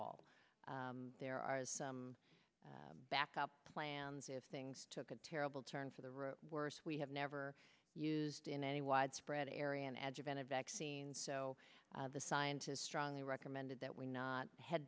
all there are some backup plans if things took a terrible turn for the worse we have never used in any widespread area an edge of an a vaccine so the scientists strongly recommended that we not head